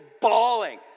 bawling